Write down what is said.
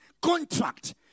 contract